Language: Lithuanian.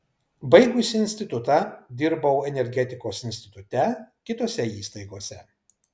baigusi institutą dirbau energetikos institute kitose įstaigose